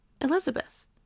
Elizabeth